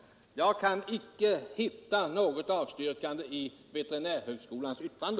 Jag kan inte finna något avstyrkande i veterinärhögskolans yttrande.